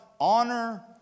Honor